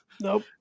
Nope